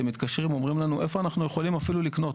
הם מתקשרים ואומרים לנו איפה אנחנו יכולים אפילו לקנות,